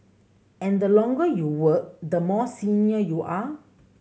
and the longer you work the more senior you are